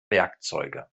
werkzeuge